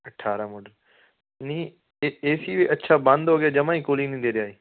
ਅਠਾਰਾਂ ਮੋਡਲ ਨਹੀਂ ਏ ਸੀ ਅੱਛਾ ਬੰਦ ਹੋ ਗਿਆ ਜਮਾਂ ਈ ਕੂਲਿੰਗ ਨਹੀਂ ਦੇ ਰਿਹਾ ਜੀ